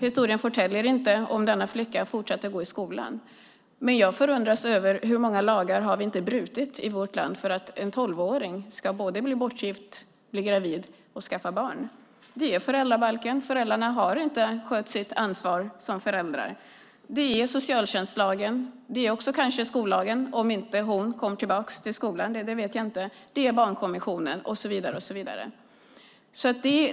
Historien förtäljer dock inte om flickan fortsatte att gå i skolan. Jag förundras över hur många lagar vi har brutit mot när en tolvåring kan bli bortgift, gravid och få barn. Det är föräldrabalken - föräldrarna har inte tagit sitt ansvar som föräldrar. Det är socialtjänstlagen. Det kan vara skollagen ifall flickan inte kommer tillbaka till skolan. Det är barnkonventionen och så vidare, och så vidare.